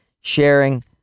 sharing